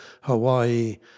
Hawaii